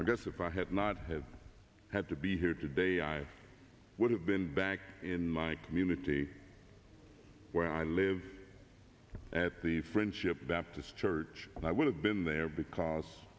i guess if i had not have had to be here today i would have been back in my community where i live at the friendship baptist church and i would have been there because